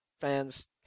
fans